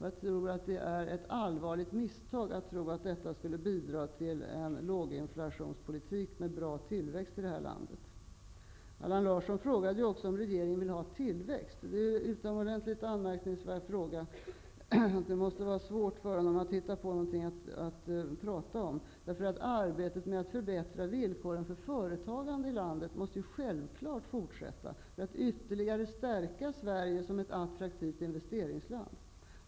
Jag tror att det är ett allvarligt misstag att tro att detta skulle bidra till en låginflationspolitik med bra tillväxt i det här landet. Allan Larsson frågade också om regeringen vill ha tillväxt. Det är en utomordentligt anmärkningsvärd fråga. Det måste vara svårt för honom att hitta på något att prata om. Arbetet med att förbättra villkoren för företagande i landet måste självklart fortsätta för att ytterligare stärka Sverige som ett attraktivt investeringsland.